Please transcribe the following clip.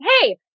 hey